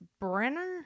Brenner